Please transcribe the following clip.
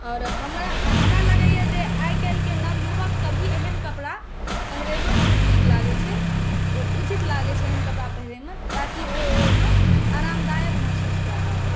आओर हमरा लागैया जे आइ काल्हिके नवयुवकके भी एहन कपड़ा पहिरैमे बहुत नीक लागै छै उचित लागै छै एहन कपड़ा पहिरैमे ताकि ओ ओइमऽआरामदायक महसुस कय पाबै